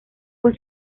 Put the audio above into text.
fue